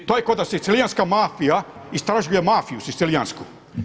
To je kao da sicilijanska mafija istražuje mafiju sicilijansku.